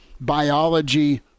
biology